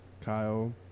Kyle